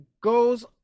goes